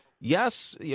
yes